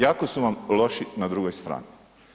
Jako su vam loši na drugoj strani.